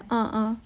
uh uh